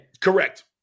Correct